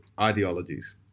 ideologies